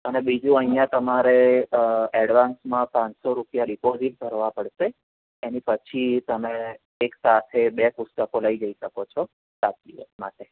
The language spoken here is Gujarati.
અને બીજું અહીં તમારે એડવાન્સમાં પાંચસો રૂપિયા ડિપોઝિટ ભરવા પડશે એની પછી તમે એક સાથે બે પુસ્તકો લઈ જઈ શકો છો સાત દિવસ માટે